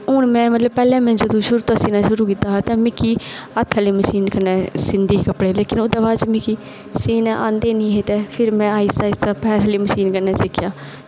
हून में जदूं में पैह्लें तों शुरू कीता हा ते में हत्थ आह्ली मशीन कन्नै सीहंदी ही कपड़े ते उस दे बाद मिगी सीह्ना आंदे निं हे ते फिर में आहिस्ता आहिस्ता दूई मशीन कन्नै सिक्खेआ